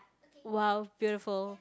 !wow! beautiful